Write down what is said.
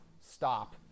Stop